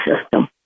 system